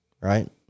right